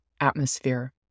atmosphere